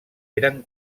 eren